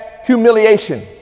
humiliation